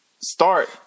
start